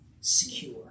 Secure